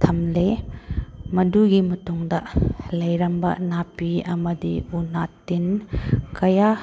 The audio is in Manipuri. ꯊꯝꯂꯦ ꯃꯗꯨꯒꯤ ꯃꯇꯨꯡꯗ ꯂꯩꯔꯝꯕ ꯅꯥꯄꯤ ꯑꯃꯗꯤ ꯎꯅꯥ ꯇꯤꯟ ꯀꯌꯥ